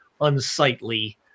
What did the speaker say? unsightly